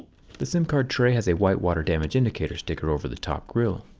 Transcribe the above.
the sim card tray has a white water damage indicator sticker over the top grill.